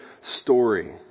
story